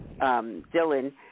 dylan